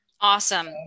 Awesome